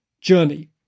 journey